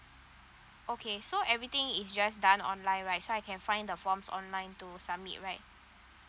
okay so everything is just done online right so I can find the forms online to submit right